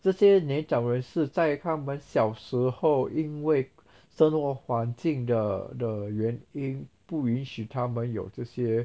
这些年长人士在他们小时候因为生活环境的的原因不允许他们有这些